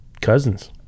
Cousins